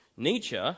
Nietzsche